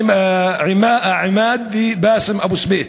עימאד ובסאם אבו סוויט,